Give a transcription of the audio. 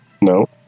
No